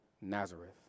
Nazareth